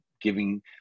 giving